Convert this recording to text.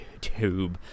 YouTube